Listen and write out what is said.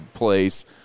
place